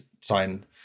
sign